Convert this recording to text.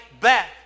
back